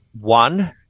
one